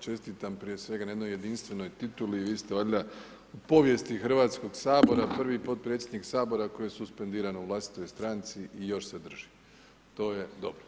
čestitam prije svega na jednoj jedinstvenoj tituli, vi ste valjda u povijesti Hrvatskog sabora prvi potpredsjednik Sabora koji je suspendiran u vlastitoj stranci i još se drži, to je dobro.